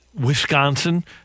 Wisconsin